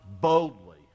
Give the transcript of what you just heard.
boldly